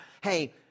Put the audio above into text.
hey